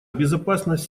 безопасность